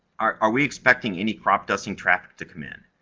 are we expecting any crop-dusting traffic to come in?